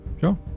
Sure